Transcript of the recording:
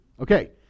Okay